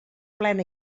plena